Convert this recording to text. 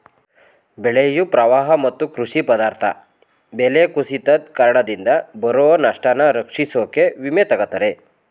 ಬೆಳೆಯು ಪ್ರವಾಹ ಮತ್ತು ಕೃಷಿ ಪದಾರ್ಥ ಬೆಲೆ ಕುಸಿತದ್ ಕಾರಣದಿಂದ ಬರೊ ನಷ್ಟನ ರಕ್ಷಿಸೋಕೆ ವಿಮೆ ತಗತರೆ